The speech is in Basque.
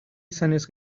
izanez